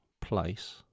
place